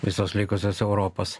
visos likusios europos